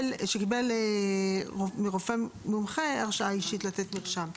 שקיבל מרופא מומחה הרשאה אישית לתת מרשם.